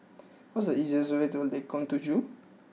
what is the easiest way to Lengkong Tujuh